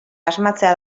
asmatzea